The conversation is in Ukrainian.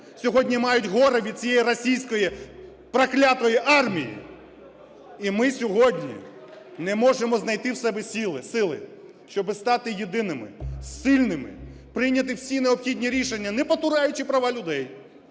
сьогодні мають горе від цієї російської проклятої армії?! І ми сьогодні не можемо знайти в собі сили, щоб стати єдиними, сильними, прийняти всі необхідні рішення не потураючи права людей,